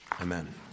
Amen